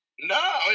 no